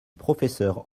professeur